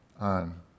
on